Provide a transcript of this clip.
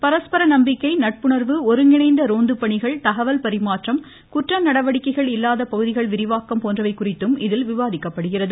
பரஸ்பர நம்பிக்கை நட்புணர்வு ஒருங்கிணைந்த ரோந்துப்பணிகள் தகவல் பரிமாற்றம் குற்ற நடவடிக்கைகள் இல்லாத பகுதிகள் விரிவாக்கம் போன்றவை குறித்தும் இதில் விவாதிக்கப்படுகிறது